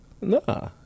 nah